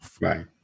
Right